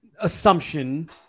assumption